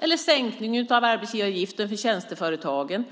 Vi har sänkningen av arbetsgivaravgiften för tjänsteföretagen,